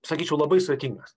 sakyčiau labai sudėtingas